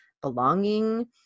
belonging